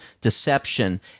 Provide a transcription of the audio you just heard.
deception